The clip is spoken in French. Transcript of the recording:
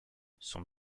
son